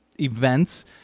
events